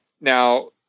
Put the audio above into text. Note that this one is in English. now